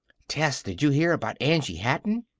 tess, did you hear about angie hatton?